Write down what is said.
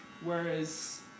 Whereas